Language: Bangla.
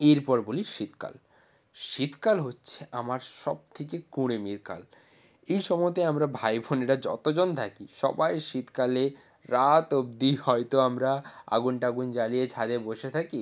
এরপর বলি শীতকাল শীতকাল হচ্ছে আমার সব থেকে কুঁড়েমির কাল এই সময়তে আমরা ভাই বোনেরা যতোজন থাকি সবাই শীতকালে রাত অবদি হয়তো আমরা আগুন টাগুন জ্বালিয়ে ছাদে বসে থাকি